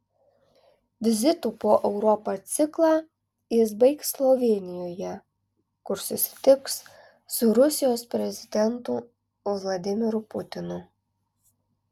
vizitų po europą ciklą jis baigs slovėnijoje kur susitiks su rusijos prezidentu vladimiru putinu